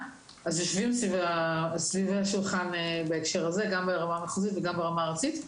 יושבים סביב השולחן בהקשר הזה גם ברמה המחוזית וגם ברמה ארצית.